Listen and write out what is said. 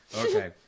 Okay